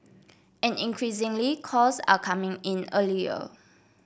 and increasingly calls are coming in earlier